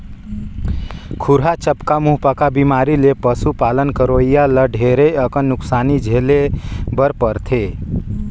खुरहा चपका, मुहंपका बेमारी ले पसु पालन करोइया ल ढेरे अकन नुकसानी झेले बर परथे